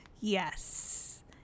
Yes